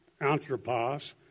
anthropos